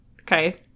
Okay